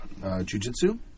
jujitsu